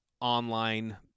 online